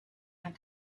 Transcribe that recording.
had